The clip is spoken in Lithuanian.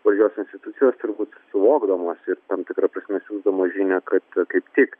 valdžios institucijos turbūt suvokdamos ir tam tikra prasme siųsdamos žinią kad kaip tik